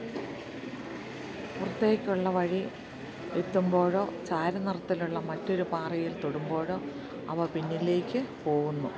പുറത്തേക്കുള്ള വഴി എത്തുമ്പോഴോ ചാര നിറത്തിലുള്ള മറ്റൊരു പാറയിൽ തൊടുമ്പോഴോ അവ പിന്നിലേക്ക് പോകുന്നു